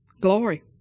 Glory